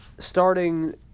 Starting